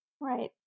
Right